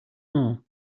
more